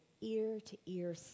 ear-to-ear